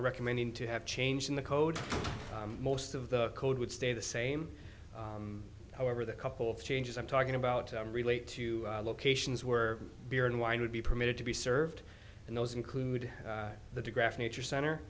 recommending to have changed in the code most of the code would stay the same however the couple of changes i'm talking about relate to locations where beer and wine would be permitted to be served and those include the digraph nature cent